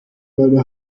meine